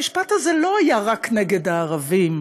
המשפט הזה היה לא רק נגד הערבים.